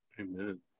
Amen